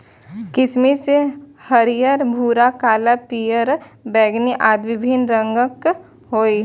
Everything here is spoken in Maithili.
किशमिश हरियर, भूरा, काला, पीयर, बैंगनी आदि विभिन्न रंगक होइ छै